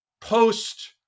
post